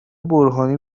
برهانی